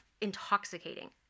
intoxicating